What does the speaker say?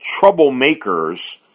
troublemakers